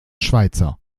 schweitzer